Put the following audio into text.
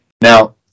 Now